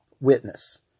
witness